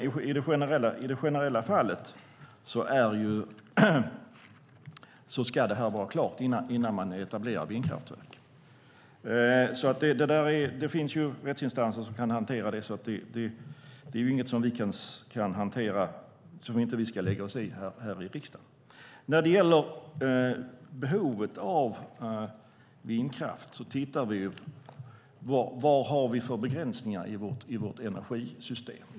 I det generella fallet ska det här vara klart innan man etablerar vindkraften. Det finns rättsinstanser som kan hantera det, så det är inget som vi ska lägga oss i här i riksdagen. När det gäller behovet av vindkraft tittar vi på vad vi har för begränsningar i vårt energisystem.